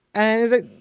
and it's like,